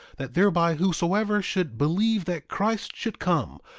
that thereby whosoever should believe that christ should come,